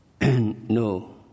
no